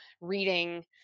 reading